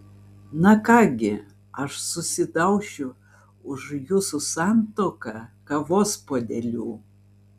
na ką gi aš susidaušiu už jūsų santuoką kavos puodeliu